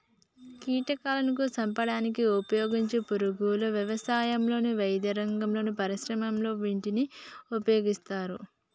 కీటకాలాను చంపడానికి ఉపయోగించే పురుగుల వ్యవసాయంలో, వైద్యరంగంలో, పరిశ్రమలలో వీటిని ఉపయోగిస్తారు